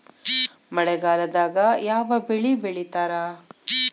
ಮಳೆಗಾಲದಾಗ ಯಾವ ಬೆಳಿ ಬೆಳಿತಾರ?